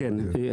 זה הלו"ז.